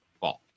fault